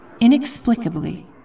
inexplicably